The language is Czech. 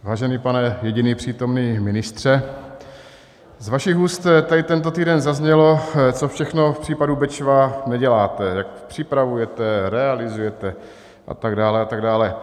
Vážený pane jediný přítomný ministře, z vašich úst tady tento týden zaznělo, co všechno v případu Bečva neděláte, jak připravujete, realizujete a tak dále a tak dále.